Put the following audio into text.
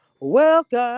Welcome